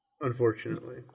unfortunately